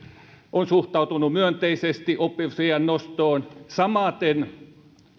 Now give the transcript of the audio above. on suhtautunut myönteisesti oppimisiän nostoon samaten